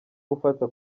gufata